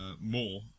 more